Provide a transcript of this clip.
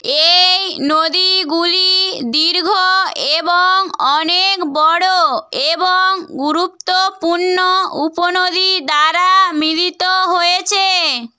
এই নদীগুলি দীর্ঘ এবং অনেক বড় এবং গুরুত্বপূর্ণ উপনদী দ্বারা মিলিত হয়েছে